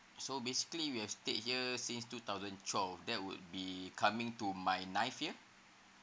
so basically we have stayed here since two thousand twelve that would be coming to my ninth year